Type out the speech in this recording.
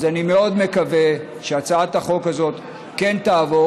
אז אני מאוד מקווה שהצעת החוק הזאת כן תעבור,